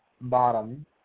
bottom